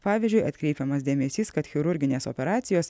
pavyzdžiui atkreipiamas dėmesys kad chirurginės operacijos